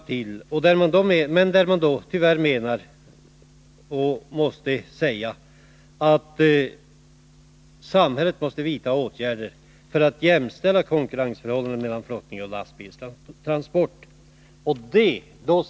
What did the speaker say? Tyvärr är det dock nödvändigt att samhället vidtar åtgärder för att jämställa konkurrensförhållandena mellan flottning och lastbilstransport, anser länsstyrelsen.